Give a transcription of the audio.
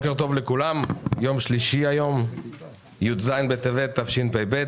יום רביעי, י"ח בטבת התשפ"ב,